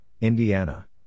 Indiana